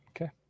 Okay